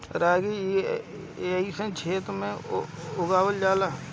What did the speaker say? रागी कइसन क्षेत्र में उगावल जला?